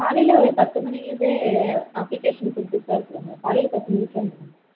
காலையில் ஒரு பத்து மணிலேந்தே அப்ளிகேஷன் கொடுத்துட்தான் இருக்கறோங்க காலையில் பத்து மணிக்கே வந்துவிடுங்க